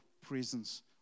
presence